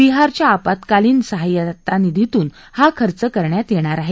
बिहारच्या आपत्कालीन सहाय्यता निधीतून हा खर्च करण्यात येणार आहे